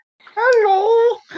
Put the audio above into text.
hello